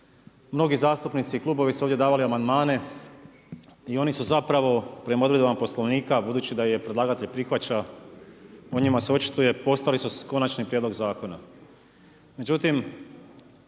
Mnogi zastupnici i klubovi su ovdje davali amandmane. I oni su zapravo prema odredbama Poslovnika budući da ih predlagatelj prihvaća o njima se očituje, postali su konačni prijedlog zakona.